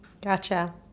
Gotcha